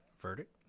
Verdict